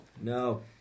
No